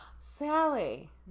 Sally